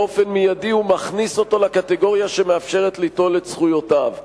באופן מיידי הוא מכניס אותו לקטגוריה שמאפשרת ליטול את זכויותיו,